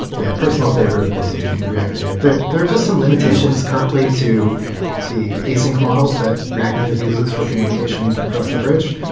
yeah, personal favorite, of course, being react native. there are just some limitations currently to the async model that react native uses for communication across the bridge.